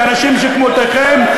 ואנשים שכמותכם,